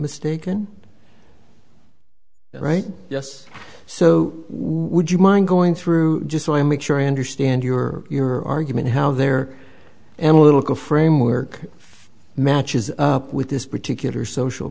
mistaken right yes so would you mind going through just so i make sure i understand your your argument how there am a little framework matches up with this particular social